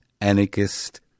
anarchist